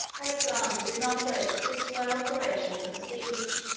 alexander did not wait for the slow operations of a siege.